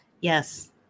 Yes